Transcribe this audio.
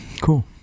Cool